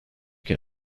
can